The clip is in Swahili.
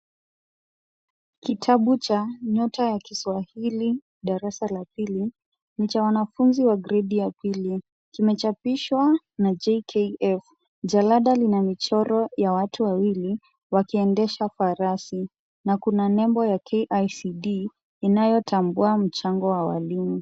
Kitabu cha Nyota ya Kiswahili Darasa la Pili. Ni cha wanafunzi wa Gradi ya Pili. Kimechapishwa na J.K.F. Jalada lina michoro ya watu wawili, wakiendesha farasi. Na kuna nembo ya KICD, inayotambua mchango wa walimu.